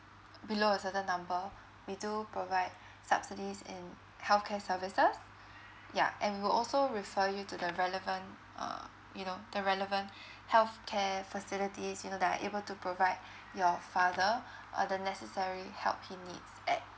below a certain number we do provide subsidies in healthcare services yeah and we will also refer you to the relevant err you know the relevant healthcare facilities you know that are able to provide your father uh the necessary help he needs at